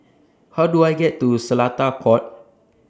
How Do I get to Seletar Court